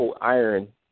iron